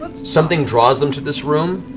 something draws them to this room,